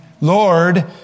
Lord